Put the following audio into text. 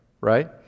Right